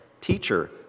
Teacher